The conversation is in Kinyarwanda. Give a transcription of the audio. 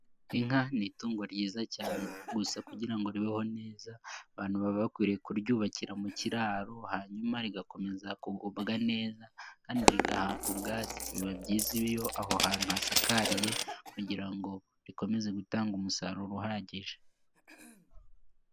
Inka ni itungo ryiza cyane, gusa kugira ngo ribeho neza abantu baba bakwiriye kuryubakira mu kiraro, hanyuma rigakomeza kugubwa neza kandi rigahabwa ubwatsi, biba byiza iyo aho hantu hasakariye kugira ngo rikomeze gutanga umusaruro uhagije.